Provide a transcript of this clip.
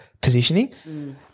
positioning